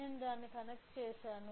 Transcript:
నేను దానిని కనెక్ట్ చేసాను